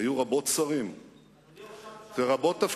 שהיו רבות-שרים ורבות-תפקידים,